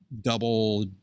double